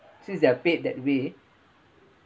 since they are paid that way